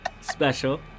special